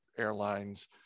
airlines